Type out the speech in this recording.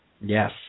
Yes